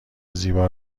زیبا